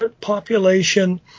population